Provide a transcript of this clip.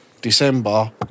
December